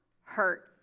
hurt